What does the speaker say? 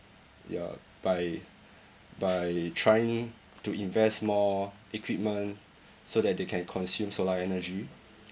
ya by by trying to invest more equipment so that they can consume solar energy